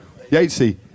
Yatesy